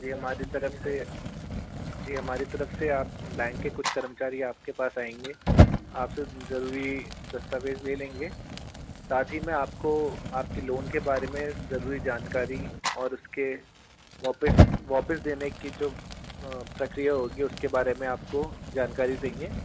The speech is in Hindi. जी हमारी तरफ से जी हमारी तरफ से आप बेंक के कुछ कर्मचारी आपके पास आएंगे आपसे जरूरी दस्तावेज़ ले लेंगे साथ ही में आपको आपके लोन के बारे में जरूरी जानकारी और उसके वापस वापस देने की जो प्रक्रिया होगी वो उसके बारे मे आपको जानकारी देंगे